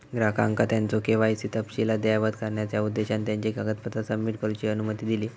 ग्राहकांका त्यांचो के.वाय.सी तपशील अद्ययावत करण्याचा उद्देशान त्यांची कागदपत्रा सबमिट करूची अनुमती दिली